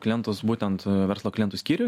klientus būtent verslo klientų skyrių